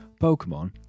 Pokemon